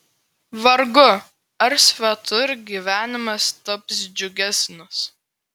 vargu ar svetur gyvenimas taps džiugesnis